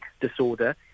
disorder